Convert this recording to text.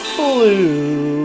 blue